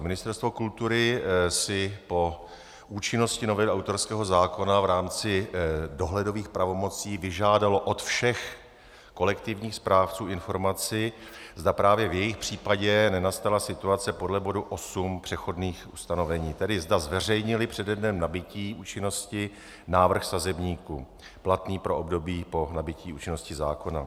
Ministerstvo kultury si po účinnosti novely autorského zákona v rámci dohledových pravomocí vyžádalo od všech kolektivních správců informaci, zda právě v jejich případě nenastala situace podle bodu 8 přechodných ustanovení, tedy zda zveřejnili přede dnem nabytí účinnosti návrh sazebníku platný pro období po nabytí účinnosti zákona.